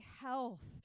health